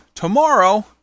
Tomorrow